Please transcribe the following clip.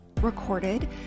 recorded